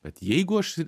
bet jeigu aš